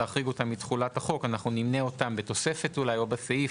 אנחנו נמנה אותם בתוספת אולי, או בסעיף.